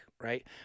right